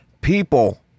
People